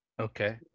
Okay